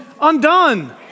undone